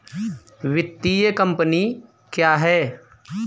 वित्तीय कम्पनी क्या है?